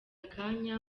akanya